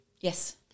Yes